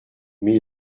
mais